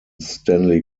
stanley